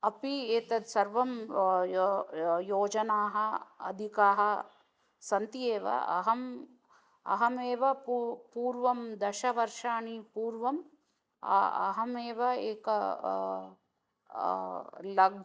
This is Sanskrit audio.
अपि एतत् सर्वं यो यो योजनाः अधिकाः सन्ति एव अहम् अहमेव पू पूर्वं दशवर्षाणि पूर्वम् अहम् अहमेव एकं लघु